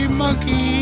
monkey